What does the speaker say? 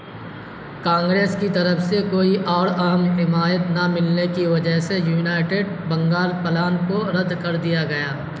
کانگریس کی طرف سے کوئی اور اہم حمایت نہ ملنے کی وجہ سے یونائیٹڈ بنگال پلان کو رد کر دیا گیا